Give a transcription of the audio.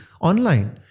online